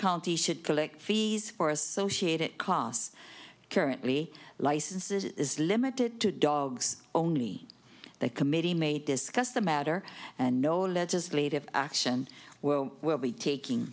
county should collect fees for associated costs currently licenses is limited to dogs only the committee may discuss the matter and no legislative action well will be taking